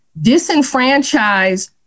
disenfranchise